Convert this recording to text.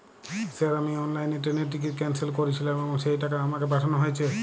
Sir আমি অনলাইনে ট্রেনের টিকিট ক্যানসেল করেছিলাম এবং সেই টাকা আমাকে পাঠানো হয়েছে?